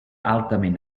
altament